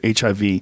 HIV